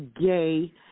gay